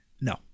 No